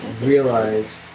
realize